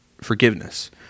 forgiveness